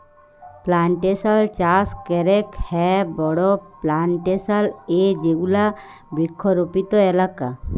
plantation চাস ক্যরেক হ্যয় বড় প্লানটেশল এ যেগুলা বৃক্ষরপিত এলাকা